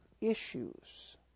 issues